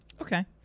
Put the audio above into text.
Okay